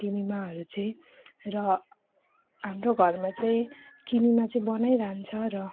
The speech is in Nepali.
किनेमाहरू चाहिँ र हाम्रो घरमा चाहिँ किनेमा चाहिँ बनाइरहन्छ र